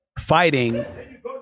Fighting